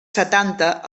setanta